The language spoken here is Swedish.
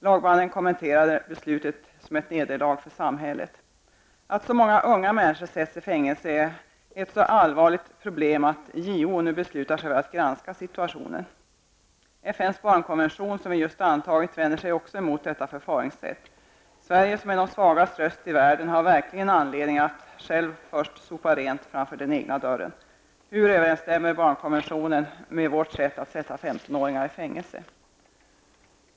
Lagmannen kommenterade beslutet som ett nederlag för samhället. Att så många unga människor sätts i fängelse är ett så allvarligt problem att JO nu beslutat sig för att granska situationen. FNs barnkonvention, som vi just antagit, vänder sig också emot detta förfaringssätt. Sverige, som är de svagas röst i världen, har verkligen anledning att självt först sopa rent framför den egna dörren. Hur överensstämmer barnkonventionen med att som vi gör sätta 15-åringar i fängelse?